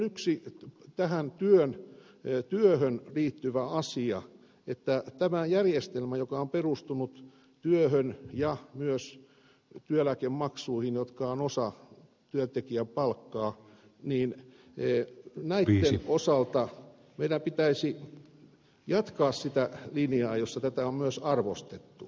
tämä on yksi sellainen työhön liittyvä asia että tässä järjestelmässä joka on perustunut työhön ja myös työeläkemaksuihin jotka ovat osa työntekijän palkkaa meidän pitäisi näitten osalta jatkaa sitä linjaa jossa tätä on myös arvostettu